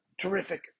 terrific